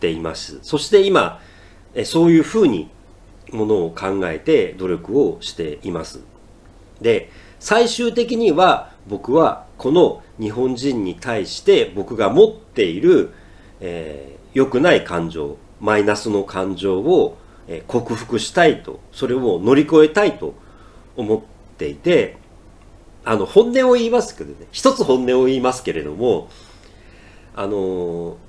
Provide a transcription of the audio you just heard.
います。そして今、え、そういうふうにものを考えて努力をしています。で、最終的には僕はこの日本人に対して僕が持っている、えー、良くない感情、マイナスの感情を、えー、克服したいと、それを乗り越えたいと思っていて、あの、本音を言いますけどね、一つ本音を言いますけれども、あのー